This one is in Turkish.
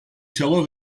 çaba